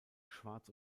schwarz